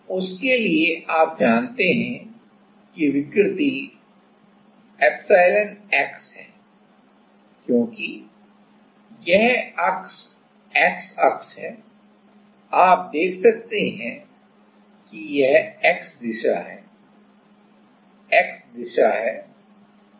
तो उसके लिए आप जानते हैं कि विकृति εx है क्योंकि यह x अक्ष है आप देख सकते हैं कि यह x दिशा है